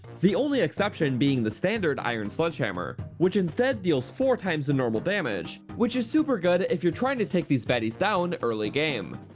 the only exception being the standard iron sledgehammer, which instead deals four times the normal damage. which is super good if your trying to take these baddies down early game.